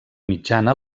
mitjana